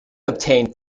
obtained